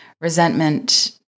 resentment